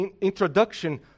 Introduction